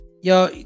Yo